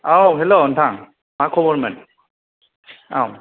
औ हेलौ नोंथां मा खबरमोन औ